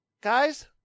guys